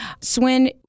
Swin